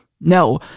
No